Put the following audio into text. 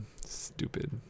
Stupid